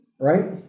Right